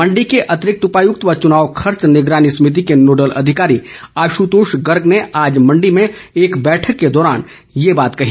मण्डी के अतिरिक्त उपायुक्त व चुनाव खर्च निगरानी समिति के नोडल अधिकारी आशुतोष गर्ग ने आज मण्डी में एक बैठक के दौरान ये बात कही